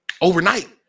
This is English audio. overnight